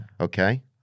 Okay